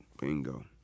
Bingo